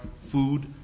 food